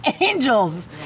angels